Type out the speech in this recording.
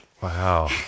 Wow